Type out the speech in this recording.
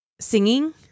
singing